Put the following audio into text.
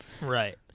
Right